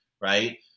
right